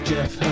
Jeff